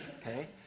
okay